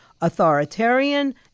authoritarian